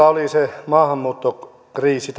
oli se maahanmuuttokriisi